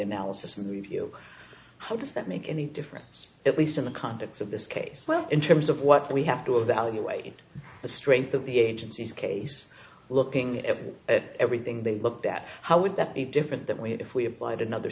analysis and review how does that make any difference at least in the context of this case in terms of what we have to evaluate the strength of the agency's case looking at everything they looked at how would that be different than we had if we applied in other